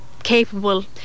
capable